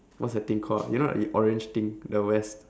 what's that thing called you know like orange thing the vest